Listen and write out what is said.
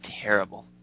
terrible